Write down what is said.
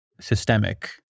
systemic